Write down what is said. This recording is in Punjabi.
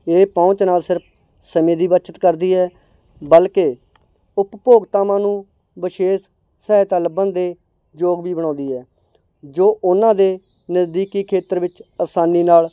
ਇਹ ਪਹੁੰਚ ਨਾ ਸਿਰਫ ਸਮੇਂ ਦੀ ਬੱਚਤ ਕਰਦੀ ਹੈ ਬਲਕਿ ਉਪਭੋਗਤਾਵਾਂ ਨੂੰ ਵਿਸ਼ੇਸ਼ ਸਹਾਇਤਾ ਲੱਭਣ ਦੇ ਯੋਗ ਵੀ ਬਣਾਉਂਦੀ ਹੈ ਜੋ ਉਹਨਾਂ ਦੇ ਨਜ਼ਦੀਕੀ ਖੇਤਰ ਵਿੱਚ ਆਸਾਨੀ ਨਾਲ